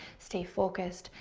stay focused,